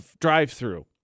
drive-through